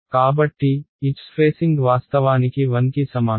కాబట్టి h spacing వాస్తవానికి 1 కి సమానం